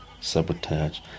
sabotage